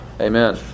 Amen